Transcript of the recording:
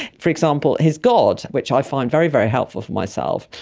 for example, his god, which i find very, very helpful for myself.